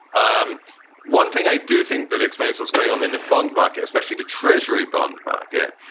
um one thing i do think that explains what's going on in the bond market, especially the treasury bond market,